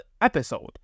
episode